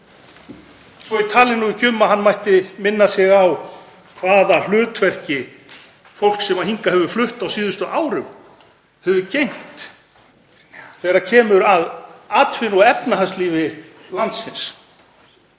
svo ég tali nú ekki um að hann mætti minna sig á hvaða hlutverki fólk sem hingað hefur flutt á síðustu árum hefur gegnt þegar kemur að atvinnu- og efnahagslífi landsins.